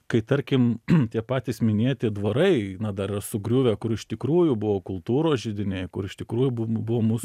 kai tarkim tie patys minėti dvarai na dar sugriuvę kur iš tikrųjų buvo kultūros židiniai kur iš tikrųjų buv buvo mūsų